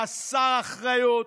חסר אחריות,